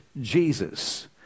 Jesus